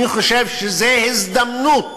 אני חושב שזאת הזדמנות